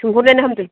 सोंहरनायानो हामदों